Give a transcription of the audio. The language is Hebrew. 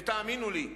ותאמינו לי,